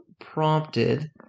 prompted